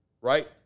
right